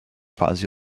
fuzzy